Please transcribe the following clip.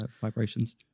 vibrations